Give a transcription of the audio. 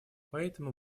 поэтому